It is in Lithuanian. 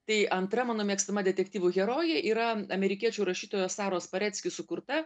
tai antra mano mėgstama detektyvų herojė yra amerikiečių rašytojos saros parecki sukurta